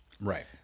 Right